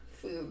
food